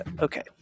Okay